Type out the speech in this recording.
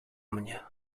mnie